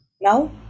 Now